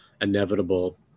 inevitable